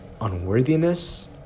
unworthiness